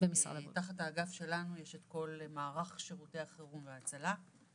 תחת האגף שלנו יש את כל מערך שירותי החירום וההצלה.